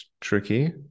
tricky